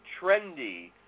trendy